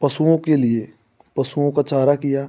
पशुओं के लिए पशुओं का चारा किया